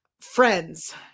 friends